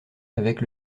avec